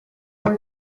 coal